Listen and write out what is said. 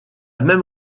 même